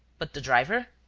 but the driver?